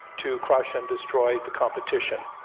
to crush and destroy the competition,